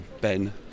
Ben